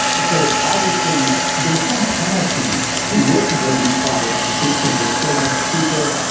so obviously, there's some penalty to working with these spot instances, because they're so much cheaper.